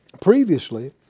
previously